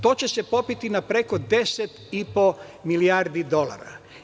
To će se popeti na preko 10,5 milijardi dolara.